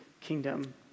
kingdom